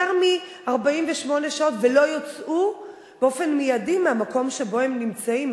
מ-48 שעות ולא יוצאו באופן מיידי מהמקום שבו הם נמצאים,